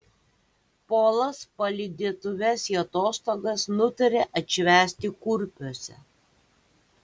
polas palydėtuves į atostogas nutarė atšvęsti kurpiuose